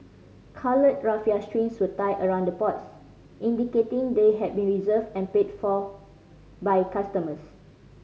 coloured raffia strings were tied around the pots indicating they had been reserved and paid for by customers